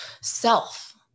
self